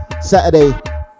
saturday